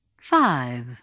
Five